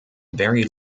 very